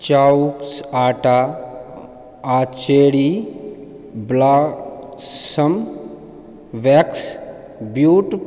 चाउस्क आटा आओर cherry blossom wax ब्यूट